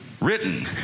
written